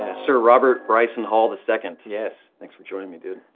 ah sir robert bryson hall, the second. yes. thanks for joining me, dude.